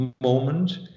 moment